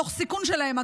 תוך סיכון שלהם,